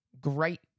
great